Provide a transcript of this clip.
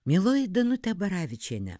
mieloji danute abaravičiene